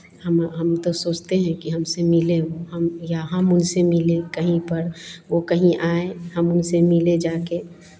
हम हम तो सोचते हैं कि हमसे मिले वो हम या हम उनसे मिलें कहीं पर वो कहीं आएँ हम उनसे मिलें जाके